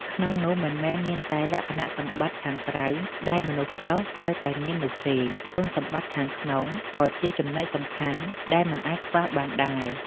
ក្នុងនោះ មិនមែនមានតែលក្ខណៈសម្បត្តិខាងក្រៅដែលមនុស្សប្រុសត្រូវតែមាននោះទេ គុណសម្បត្តិខាងក្នុងក៏ជាចំណុចសំខាន់ដែលមិនអាចខ្វះបានដែរ។